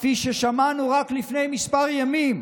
כפי ששמענו רק לפני כמה ימים,